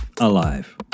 alive